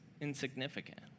insignificant